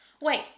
Wait